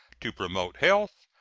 to promote health,